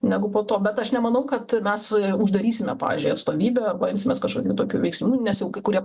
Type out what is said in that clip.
negu po to bet aš nemanau kad mes uždarysime pavyzdžiui atstovybę arba imsimės kažkokių tokių veiksmų nes jau kai kurie